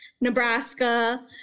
Nebraska